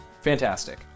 fantastic